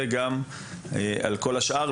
וגם על כל השאר,